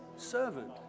servant